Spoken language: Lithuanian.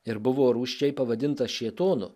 ir buvo rūsčiai pavadintas šėtonu